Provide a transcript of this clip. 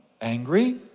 angry